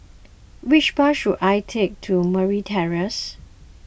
which bus should I take to Merryn Terrace